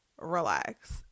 relax